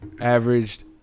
averaged